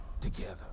together